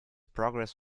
progress